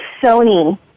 Sony